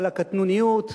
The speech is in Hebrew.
על הקטנוניות,